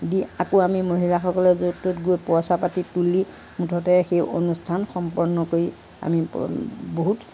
দি আকৌ আমি মহিলাসকলে য'ত ত'ত গৈ পইচা পাতি তুলি মুঠতে সেই অনুষ্ঠান সম্পন্ন কৰি আমি বহুত